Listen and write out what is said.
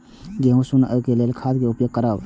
गेहूँ सुन होय लेल कोन खाद के उपयोग करब?